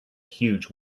huge